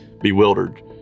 bewildered